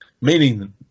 meaning